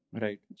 Right